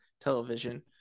television